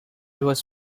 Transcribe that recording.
was